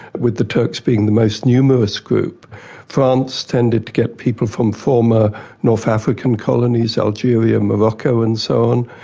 with the turks being the most numerous group france tended to get people from former north african colonies, algeria, morocco and so on,